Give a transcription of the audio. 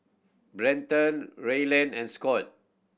Brenton Ryland and Scot